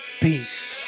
beast